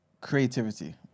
creativity